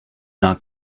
not